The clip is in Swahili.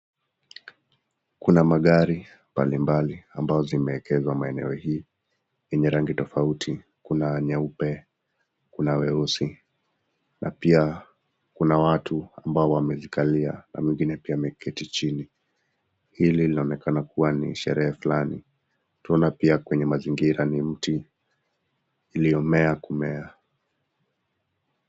Kuna magari mbalimbali ambayo yameekezwa maeneo hii yenye rangi tofauti. Kuna nyeupe, kuna weusi na pia kuna watu ambao wamevikalia na mwingine pia ameketi chini. Hili linaonekana kuwa ni sherehe fulani. Tunaona pia kwenye mazingira ni mti iliomea kumea.